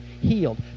healed